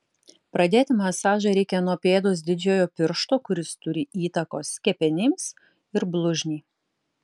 pradėti masažą reikia nuo pėdos didžiojo piršto kuris turi įtakos kepenims ir blužniai